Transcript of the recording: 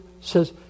says